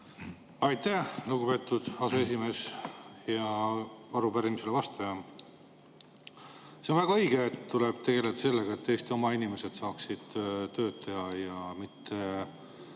Aitäh, lugupeetud aseesimees! Hea arupärimisele vastaja! See on väga õige, et tuleb tegeleda sellega, et Eesti oma inimesed saaksid tööd teha, ja mitte